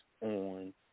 on